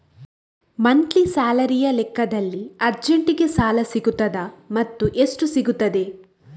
Monthly ಸ್ಯಾಲರಿಯ ಲೆಕ್ಕದಲ್ಲಿ ಅರ್ಜೆಂಟಿಗೆ ಸಾಲ ಸಿಗುತ್ತದಾ ಮತ್ತುಎಷ್ಟು ಸಿಗುತ್ತದೆ?